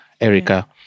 Erica